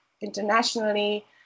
internationally